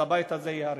אז הבית הזה ייהרס.